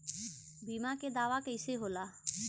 बीमा के दावा कईसे होला?